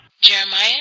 Jeremiah